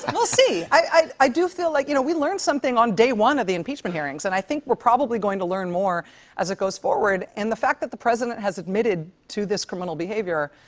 and we'll see. i do feel like, you know, we learn something on day one of the impeachment hearings, and i think we're probably going to learn more as it goes forward. and the fact that the president has admitted to this criminal behavior,